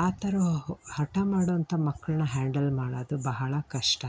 ಆ ಥರ ಹೊ ಹೊ ಹಠ ಮಾಡುವಂಥ ಮಕ್ಳನ್ನ ಹ್ಯಾಂಡಲ್ ಮಾಡೋದು ಬಹಳ ಕಷ್ಟ